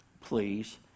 please